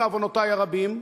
בעוונותי הרבים,